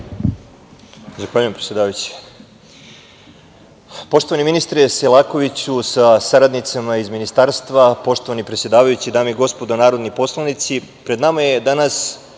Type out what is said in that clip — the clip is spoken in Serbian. Zahvaljujem, predsedavajući. Poštovani ministre Selakoviću sa saradnicama iz ministarstva, poštovani predsedavajući, dame i gospodo narodni poslanici, pred nama je danas